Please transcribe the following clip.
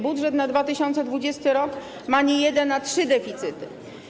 Budżet na 2020 r. ma nie jeden, ale trzy deficyty.